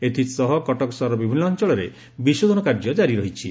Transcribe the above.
ଏଥିସହ କଟକ ସହରର ବିଭିନୁ ଅଞ୍ଞଳରେ ବିଶୋଧନ କାର୍ଯ୍ୟ ଜାରି ରହିଛି